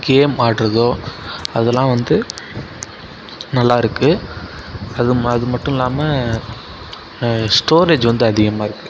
game ஆடுறதோ அதல்லாம் வந்து நல்லாயிருக்கு அது மட்டும் இல்லாமல் ஸ்டோரேஜ் வந்து அதிகமாக இருக்குது